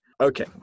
okay